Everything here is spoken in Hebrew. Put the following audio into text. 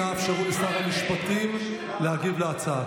אנא אפשרו לשר המשפטים להגיב על ההצעה.